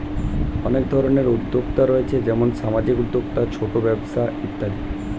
অনেক ধরনের উদ্যোক্তা রয়েছে যেমন সামাজিক উদ্যোক্তা, ছোট ব্যবসা ইত্যাদি